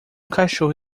cachorro